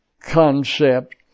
concept